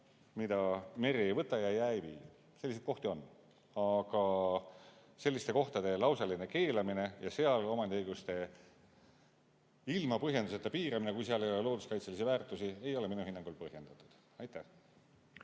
mida meri ei võta ja jää ei vii. Selliseid kohti on. Selliste kohtade lausaline keelamine ja seal omandiõiguste ilma põhjenduseta piiramine, kui seal ei ole looduskaitselisi väärtusi, ei ole minu hinnangul põhjendatud.